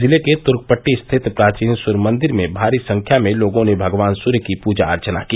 जिले के तुर्कपट्टी स्थित प्राचीन सूर्य मंदिर में भारी संख्या में लोगों ने भगवान सूर्य की पूजा अर्चना की